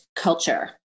culture